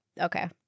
Okay